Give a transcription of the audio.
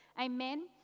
Amen